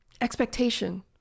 expectation